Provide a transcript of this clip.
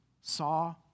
Saw